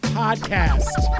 podcast